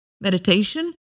Meditation